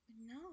No